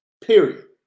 Period